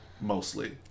mostly